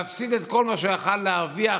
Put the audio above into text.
להפסיד את כל מה שהוא יכול היה להרוויח